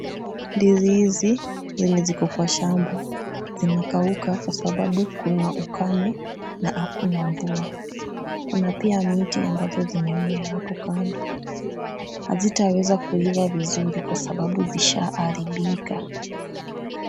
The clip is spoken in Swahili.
Ndizi hizi zenye ziko kwa shamba, zinakauka kwa sababu kuna ukame na hakuna mvua. Kuna pia miti ambazo zimemea hapo kando. Hazitaweza kuliwa vizuri kwa sababu zishaharibika.